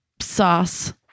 sauce